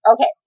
Okay